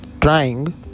trying